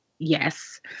Yes